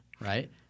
Right